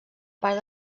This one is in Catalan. part